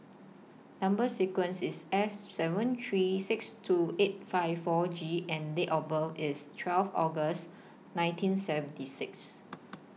Number sequence IS S seven three six two eight five four G and Date of birth IS twelve August nineteen seventy six